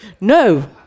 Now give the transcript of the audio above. No